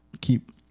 Keep